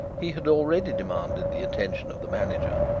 he had already demanded the attention of the manager,